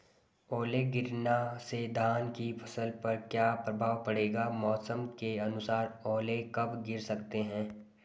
ओले गिरना से धान की फसल पर क्या प्रभाव पड़ेगा मौसम के अनुसार ओले कब गिर सकते हैं?